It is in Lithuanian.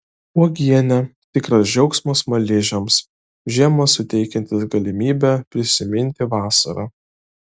uogienė tikras džiaugsmas smaližiams žiemą suteikiantis galimybę prisiminti vasarą